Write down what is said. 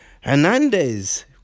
Hernandez